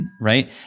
Right